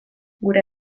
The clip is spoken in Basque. gure